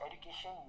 education